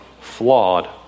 flawed